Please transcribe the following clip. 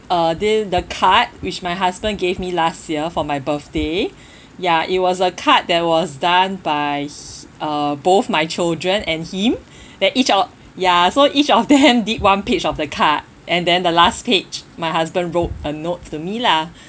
uh this the card which my husband gave me last year for my birthday ya it was a card that was done by hi~ uh both my children and him then each of ya so each of them did one page of the card and then the last page my husband wrote a note to me lah